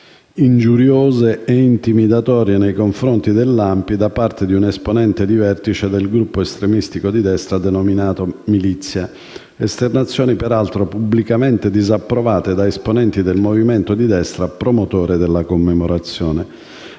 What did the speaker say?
ingiuriose e intimidatorie nei confronti dell'ANPI da parte di un esponente di vertice del gruppo estremistico di destra denominato Militia; esternazioni peraltro pubblicamente disapprovate da esponenti del movimento di destra promotore della commemorazione.